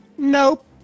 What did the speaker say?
Nope